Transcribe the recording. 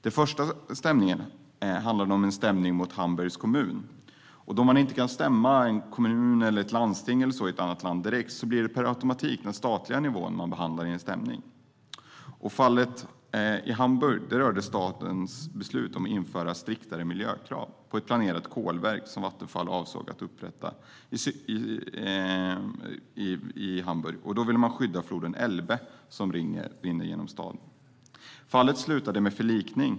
Den första stämningen var mot Hamburgs kommun, men då man inte kan stämma en kommun eller ett landsting i ett annat land direkt hamnar stämningen per automatik på statlig nivå. Fallet i Hamburg rörde stadens beslut att införa striktare miljökrav på ett planerat kolkraftverk som Vattenfall avsåg att upprätta i Hamburg. Man ville skydda floden Elbe, som rinner genom staden. Fallet slutade med förlikning.